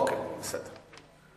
אוקיי, בסדר.